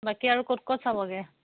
বাকী আৰু ক'ত ক'ত চাবগে